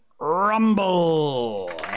rumble